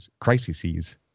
crises